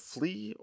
Flee